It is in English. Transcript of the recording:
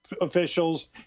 officials